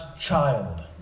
child